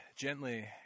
gently